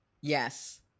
Yes